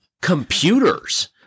computers